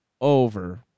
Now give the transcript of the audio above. over